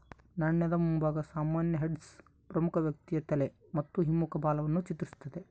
ನಾಣ್ಯದ ಮುಂಭಾಗ ಸಾಮಾನ್ಯ ಹೆಡ್ಸ್ ಪ್ರಮುಖ ವ್ಯಕ್ತಿಯ ತಲೆ ಮತ್ತು ಹಿಮ್ಮುಖ ಬಾಲವನ್ನು ಚಿತ್ರಿಸ್ತತೆ